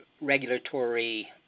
regulatory